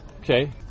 Okay